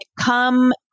come